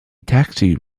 taxi